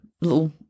little